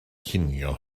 cinio